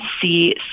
see